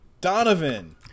Donovan